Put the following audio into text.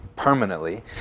Permanently